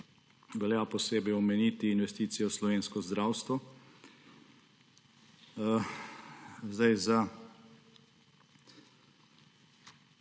velja posebej omeniti investicijo v slovensko zdravstvo. Za